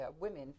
Women